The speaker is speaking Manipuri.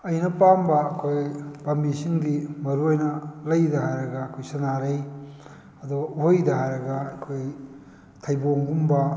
ꯑꯩꯅ ꯄꯥꯝꯕ ꯑꯩꯈꯣꯏ ꯄꯥꯝꯕꯤꯁꯤꯡꯗꯤ ꯃꯔꯨ ꯑꯣꯏꯅ ꯂꯩꯗ ꯍꯥꯏꯔꯒ ꯑꯩꯈꯣꯏ ꯁꯅꯥꯔꯩ ꯑꯗꯨꯒ ꯎꯍꯩꯗ ꯍꯥꯏꯔꯒ ꯑꯩꯈꯣꯏ ꯊꯩꯕꯣꯡꯒꯨꯝꯕ